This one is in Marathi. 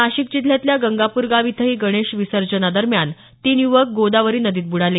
नाशिक जिल्ह्यातल्या गंगाप्रगाव इथंही गणेश विसर्जनदरम्यान तीन युवक गोदावरी नदीत बुडाले